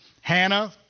Hannah